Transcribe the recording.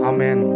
Amen